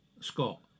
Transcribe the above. Scott